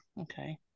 okay